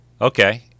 Okay